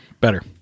Better